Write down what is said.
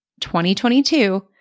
2022